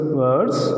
words